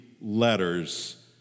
letters